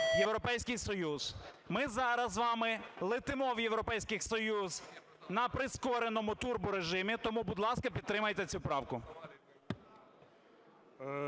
Європейський Союз. Ми зараз з вами летимо в Європейський Союз на прискореному турборежимі, тому, будь ласка, підтримайте цю правку.